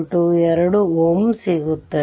ಮೊದಲು RN 2Ω ಆಗಿದೆ